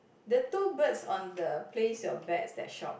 the two birds on the place your bets that shop